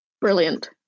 brilliant